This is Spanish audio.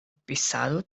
pisado